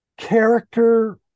Character